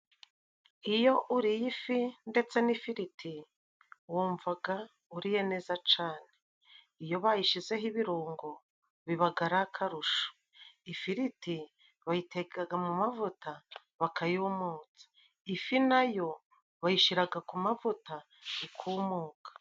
Iyo uriye ifi ndetse n'ifiriti wumvaga uriye neza cane, iyo bayishizeho ibirungo bibaga akarusho. Ifiriti bayitegaga mu mavuta bakayumutsa, ifi na yo bayishiraga ku mavuta ikumuka.